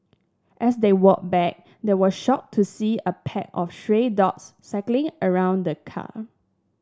as they walked back they were shocked to see a pack of stray dogs circling around the car